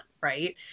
right